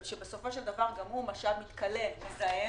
שבסופו של דבר גם הוא משאב מתכלה מזהם,